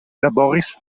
laboris